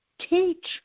teach